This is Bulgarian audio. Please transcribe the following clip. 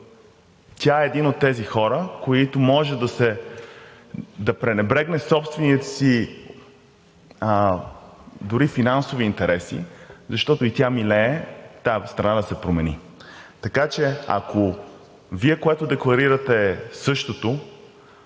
Тя е един от тези хора, които могат да пренебрегнат собствения си, дори финансов интерес, защото и тя милее тази страна да се промени. Така че, ако Вие, което декларирате, е същото